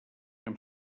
amb